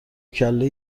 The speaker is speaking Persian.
کله